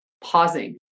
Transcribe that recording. pausing